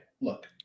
Look